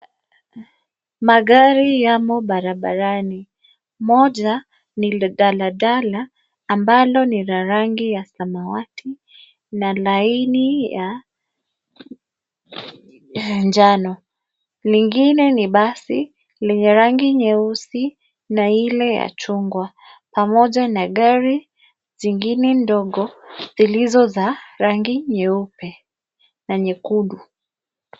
Magari yamo barabarani moja ni dalala ambalo ni la rangi ya samawati na laini ya njano, lingine ni basi lenye rangi nyeusi na ile ya chungwa pamoja na gari zingine ndogo zilizo za rangi nyeupe na nyekundu.